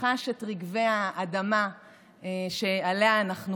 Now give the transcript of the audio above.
חש את רגבי האדמה שעליה אנחנו חיים,